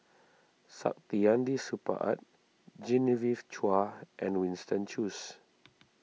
Saktiandi Supaat Genevieve Chua and Winston Choos